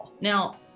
Now